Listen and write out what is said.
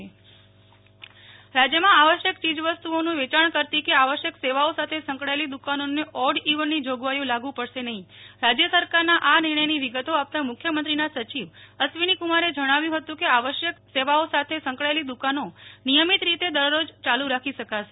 Nehal Thakkar odd even જોગવાઈ રાજયમાં આવશ્યક ચીજવસ્તુ ઓનું વેચાણ કરતી કે આવશ્યક સેવાઓ સાથેસંકળાયેલી દુકાનોને ઓડ ઈવનની જોગવાઈઓ લાગુ પડશે નહી રાજ્ય સરકારના આ નિર્ણયની વિગતો આપતા મુખ્યમંત્રીના સચિવ અશ્વિનીકુમારે જણાવ્યુ હતું કે આવશ્યક સેવાઓ સાથે સંકળાયેલી દુકાનો નિયમિત રીતે દરરોજ યાલુ રાખી શકાશે